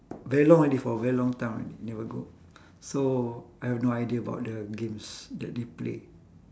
very long already for a very long time already never go so I have no idea about the games that they play